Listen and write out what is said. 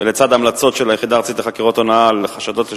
ולצד המלצות של היחידה הארצית לחקירות הונאה על חשדות לשוחד,